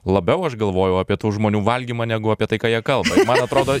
labiau aš galvojau apie tų žmonių valgymą negu apie tai ką jie kalba man atrodo